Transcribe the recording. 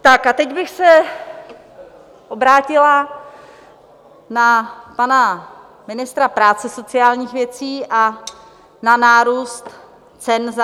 Tak a teď bych se obrátila na pana ministra práce a sociálních věcí a na nárůst cen za energie.